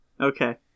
Okay